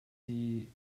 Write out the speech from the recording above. die